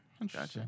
gotcha